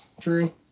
true